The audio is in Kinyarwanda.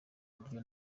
buryo